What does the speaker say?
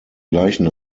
gleichen